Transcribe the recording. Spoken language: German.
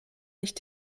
nicht